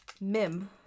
Mim